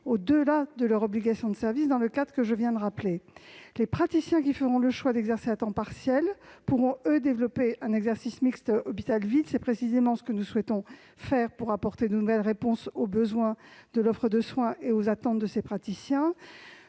au-delà de leurs obligations de service dans le cadre que je viens de rappeler. Les praticiens qui feront le choix d'exercer à temps partiel pourront, pour leur part, développer un exercice mixte hôpital et ville. C'est précisément ce que nous souhaitons faire pour apporter de nouvelles réponses aux besoins de l'offre de soins et aux attentes de ces praticiens.